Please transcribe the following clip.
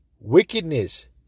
wickedness